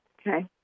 Okay